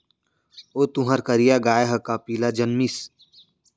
ओ तुंहर करिया गाय ह का पिला जनमिस?